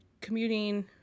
commuting